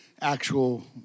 actual